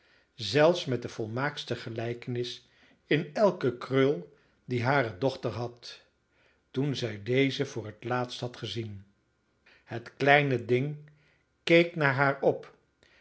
zelfs met de volmaakste gelijkenis in elke krul die hare dochter had toen zij deze voor het laatst had gezien het kleine ding keek naar haar op